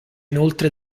inoltre